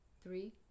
Three